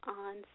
on